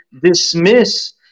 dismiss